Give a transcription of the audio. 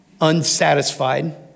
unsatisfied